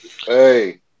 hey